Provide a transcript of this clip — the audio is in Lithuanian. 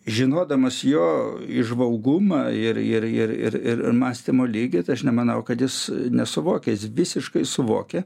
žinodamas jo įžvalgumą ir ir ir ir ir mąstymo lygį aš nemanau kad jis nesuvokė jis visiškai suvokė